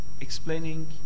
explaining